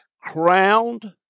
crowned